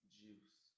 juice